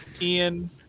Ian